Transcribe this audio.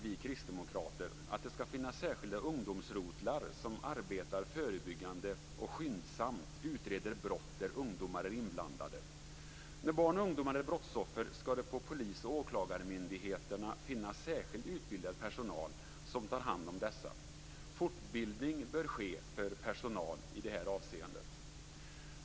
Vi kristdemokrater menar att det skall finnas särskilda ungdomsrotlar som arbetar förebyggande och skyndsamt utreder brott där ungdomar är inblandade. När barn och ungdomar är brottsoffer skall det på polis och åklagarmyndigheterna finnas särskilt utbildad personal som tar hand om dessa. Fortbildning bör ske för personal i det avseendet.